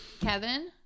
Kevin